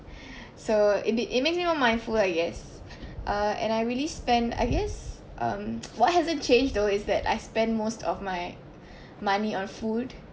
so it be~ it makes me more mindful I guess uh and I really spend I guess um what hasn't changed though is that I spent most of my money on food